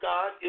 God